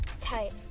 Tight